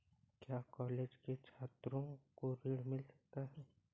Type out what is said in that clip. क्या कॉलेज के छात्रो को ऋण मिल सकता है?